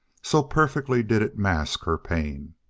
so perfectly did it mask her pain.